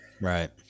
Right